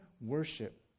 worship